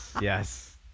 yes